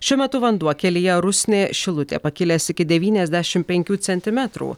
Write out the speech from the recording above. šiuo metu vanduo kelyje rusnė šilutė pakilęs iki devyniasdešimt penkių centimetrų